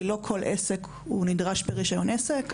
כי לא כל עסק נדרש ברישיון עסק.